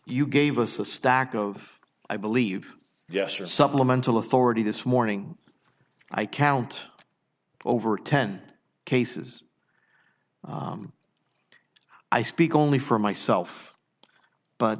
you gave us a stack of i believe yes or supplemental authority this morning i count over ten cases i speak only for myself but